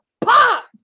pop